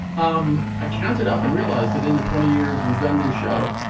um i counted up and realized that in the twenty years we've done this show,